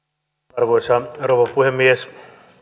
arvoisa rouva puhemies